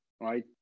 right